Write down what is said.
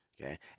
okay